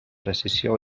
precisió